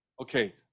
okay